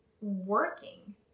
working